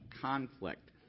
conflict